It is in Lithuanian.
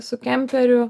su kemperiu